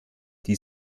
die